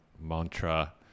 mantra